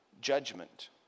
judgment